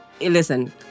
listen